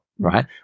Right